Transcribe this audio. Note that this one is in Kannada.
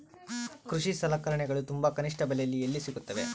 ಕೃಷಿ ಸಲಕರಣಿಗಳು ತುಂಬಾ ಕನಿಷ್ಠ ಬೆಲೆಯಲ್ಲಿ ಎಲ್ಲಿ ಸಿಗುತ್ತವೆ?